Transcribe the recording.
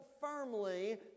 firmly